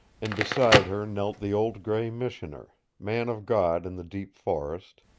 and beside her knelt the old gray missioner, man of god in the deep forest,